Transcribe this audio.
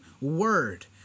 word